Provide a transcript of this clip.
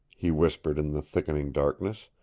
he whispered in the thickening darkness.